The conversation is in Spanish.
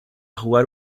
jugar